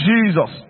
Jesus